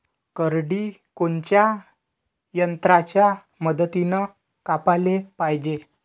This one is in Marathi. करडी कोनच्या यंत्राच्या मदतीनं कापाले पायजे?